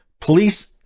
police